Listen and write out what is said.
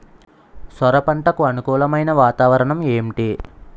సొర పంటకు అనుకూలమైన వాతావరణం ఏంటి?